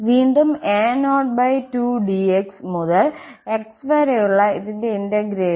വീണ്ടും a0 2dx മുതൽ x വരെയുള്ള ഇതിന്റെ ഇന്റഗ്രേഷൻ